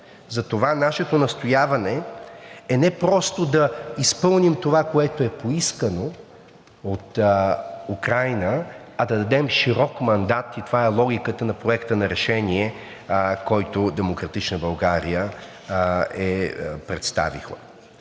Затова нашето настояване е не просто да изпълним това, което е поискано от Украйна, а да дадем широк мандат, и това е логиката на Проекта на решение, който „Демократична България“ е представила.